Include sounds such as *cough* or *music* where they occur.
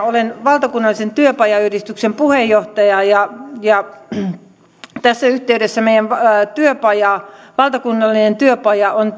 *unintelligible* olen valtakunnallisen työpajayhdistyksen puheenjohtaja ja ja tämä meidän valtakunnallinen työpajayhdistys on *unintelligible*